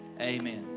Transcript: Amen